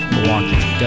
Milwaukee